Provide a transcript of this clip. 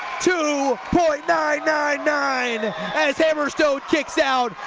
two point nine nine nine as hammerstone kicks out.